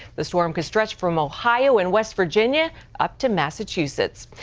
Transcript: the storm could stretch from ohio and west virginia up to massachusetts.